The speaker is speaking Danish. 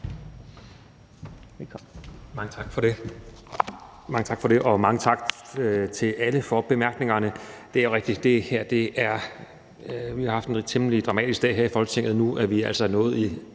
(Magnus Heunicke): Mange tak for det, og mange tak til alle for bemærkningerne. Det er rigtigt, at vi har haft en temmelig dramatisk dag her i Folketinget, og nu er vi